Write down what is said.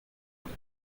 long